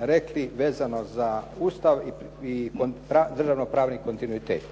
rekli vezano za Ustav i državno-pravni kontinuitet.